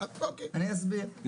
אני אסביר.